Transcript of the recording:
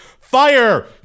fire